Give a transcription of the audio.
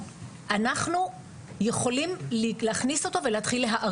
אנחנו יכולים להכניס אותו ולהתחיל להעריך אותו.